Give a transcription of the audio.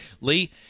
Lee